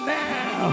now